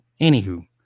Anywho